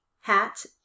hat